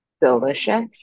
delicious